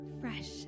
fresh